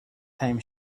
time